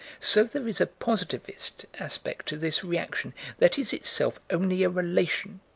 so there is a positivist aspect to this reaction that is itself only a relation,